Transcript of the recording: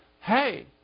hey